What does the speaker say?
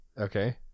Okay